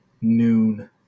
Noon